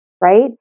right